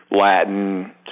Latin